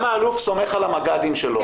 האלוף סומך על המג"דים שלו,